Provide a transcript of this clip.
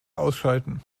ausschalten